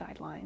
guidelines